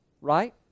Right